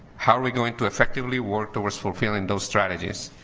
how are we going to effectively work towards fulfilling those strategies